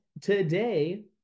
Today